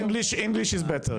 הגעתי לישראל באוגוסט.